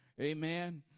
Amen